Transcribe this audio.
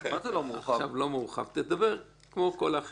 דבר כמו כל האחרים.